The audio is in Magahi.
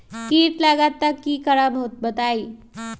कीट लगत त क करब बताई?